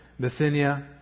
Bithynia